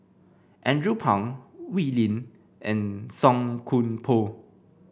Andrew Phang Wee Lin and Song Koon Poh